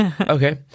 okay